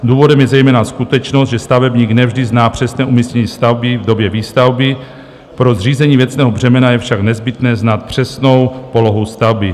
Důvodem je zejména skutečnost, že stavebník ne vždy zná přesné umístění stavby v době výstavby, pro zřízení věcného břemena je však nezbytné znát přesnou polohu stavby.